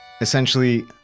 essentially